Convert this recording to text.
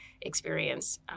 experience